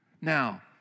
Now